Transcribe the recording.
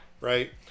Right